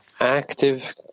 active